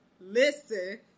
listen